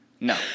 No